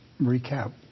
recap